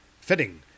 Fitting